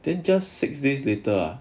then just six days later